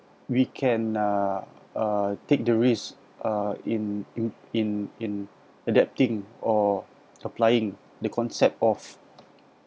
we can uh uh take the risk uh in in in in adapting or applying the concept of